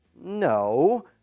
No